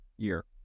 year